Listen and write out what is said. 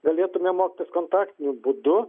galėtume mokytis kontaktiniu būdu